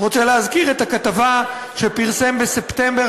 אני רוצה להזכיר את הכתבה שפרסם בספטמבר